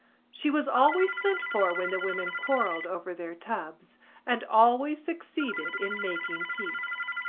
she was always sent for when the women quarrelled over their tubs and always succeeded in making peace.